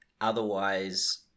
Otherwise